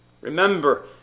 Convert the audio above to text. remember